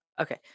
Okay